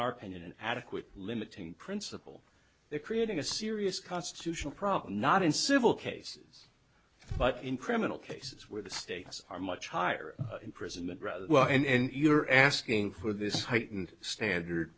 our opinion an adequate limiting principle they're creating a serious constitutional problem not in civil cases but in criminal cases where the stakes are much higher imprisonment rather well and you are asking for this heightened standard